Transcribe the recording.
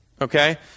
Okay